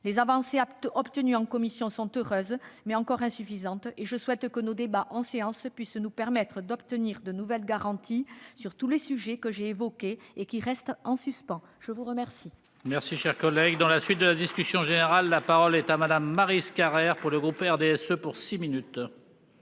Les avancées obtenues en commission sont heureuses, mais encore insuffisantes, et je souhaite que nos débats en séance publique puissent nous permettre d'obtenir de nouvelles garanties sur tous les sujets que j'ai évoqués et qui restent en suspens. La parole